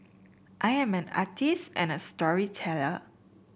I am an artist and a storyteller